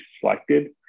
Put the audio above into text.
selected